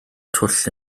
twll